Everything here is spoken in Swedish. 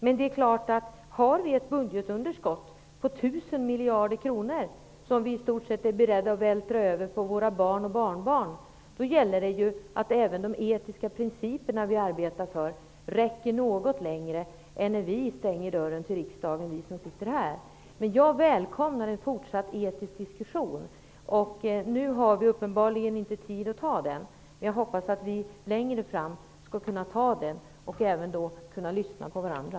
Men har vi ett budgetunderskott på 1 000 miljarder kronor, som vi i stort sett är beredda att vältra över på våra barn och barnbarn, gäller det ju att även de etiska principer som vi arbetar för räcker något längre än till den tidpunkt när vi som sitter här nu stänger dörren till riksdagen. Men jag välkomnar en fortsatt etisk diskussion. Nu har vi uppenbarligen inte tid att ta den. Jag hoppas att vi skall kunna göra det längre fram, och då även kunna lyssna på varandra.